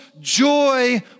joy